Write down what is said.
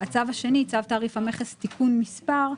הצו השני, צו תעריף המס (תיקון מס'),